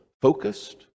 focused